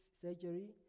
surgery